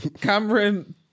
Cameron